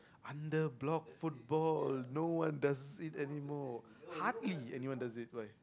under block football no one does it anymore hardly anyone does it